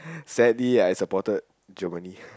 sadly I supported Germany